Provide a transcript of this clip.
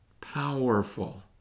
Powerful